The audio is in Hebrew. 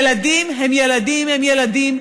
ילדים הם ילדים הם ילדים,